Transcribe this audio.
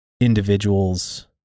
individual's